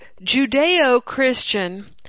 Judeo-Christian